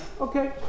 Okay